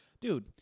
dude